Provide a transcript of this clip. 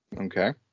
Okay